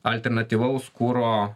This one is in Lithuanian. alternatyvaus kuro